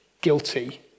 guilty